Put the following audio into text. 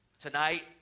Tonight